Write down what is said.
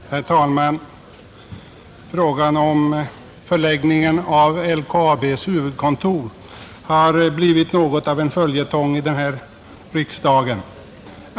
Herr talman! Frågan om förläggningen av LKAB:s huvudkontor har blivit något av en följetong i riksdagen.